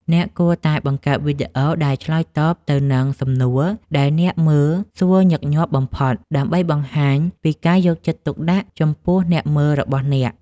អ្នកគួរតែបង្កើតវីដេអូដែលឆ្លើយតបទៅនឹងសំណួរដែលអ្នកមើលសួរញឹកញាប់បំផុត ដើម្បីបង្ហាញពីការយកចិត្តទុកដាក់ចំពោះអ្នកមើលរបស់អ្នក។